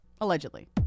Allegedly